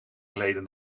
geleden